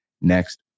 next